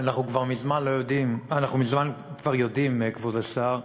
אנחנו כבר מזמן יודעים, כבוד השר,